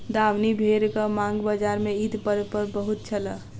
दामनी भेड़क मांग बजार में ईद पर्व पर बहुत छल